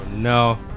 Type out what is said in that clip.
No